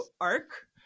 arc